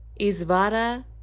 Isvara